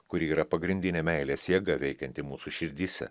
kuri yra pagrindinė meilės jėga veikianti mūsų širdyse